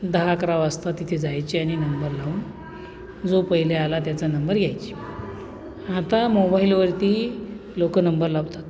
दहा अकरा वाजता तिथे जायचे आणि नंबर लावून जो पहिले आला त्याचा नंबर यायचा आता मोबाईलवरती लोक नंबर लावतात